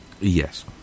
Yes